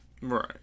Right